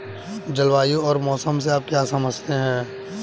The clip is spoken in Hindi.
जलवायु और मौसम से आप क्या समझते हैं?